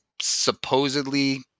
supposedly